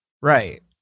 right